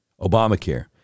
Obamacare